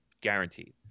guaranteed